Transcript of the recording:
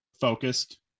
focused